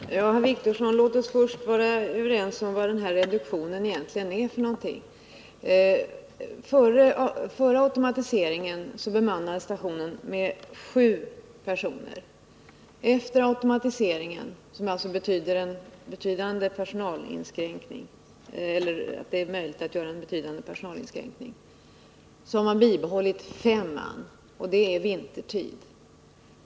Herr talman! Låt oss, herr Wictorsson, först vara överens om vad reduktionen egentligen innebär. Före automatiseringen bemannades stationen med sju personer. Efter automatiseringen, som alltså ger möjligheter till en betydande personalinskränkning, har man vintertid behållit fem man.